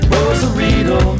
Rosarito